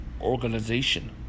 organization